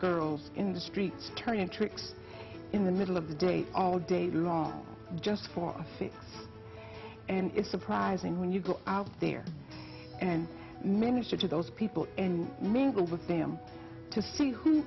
girls in the streets turning tricks in the middle of the day all day long just for and it's surprising when you go out there and minister to those people and mingle with them to see who